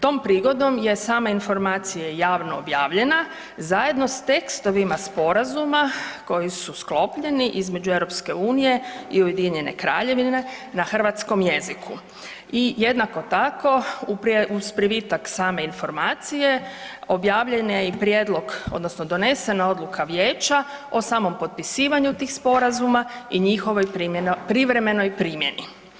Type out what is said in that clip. Tom prigodom je sama Informacija javno objavljena zajedno s tekstovima sporazuma koji su sklopljeni između EU i UK na hrvatskom jeziku i jednako tako, uz privitak same Informacije objavljen je i prijedlog, odnosno donesena odluka vijeća o samom potpisivanju tih sporazuma i njihovoj privremenoj primjeni.